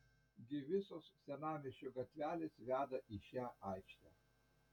gi visos senamiesčio gatvelės veda į šią aikštę